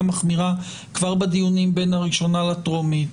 מחמירה כבר בדיונים בין הראשונה לטרומית,